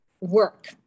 work